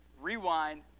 Rewind